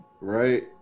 right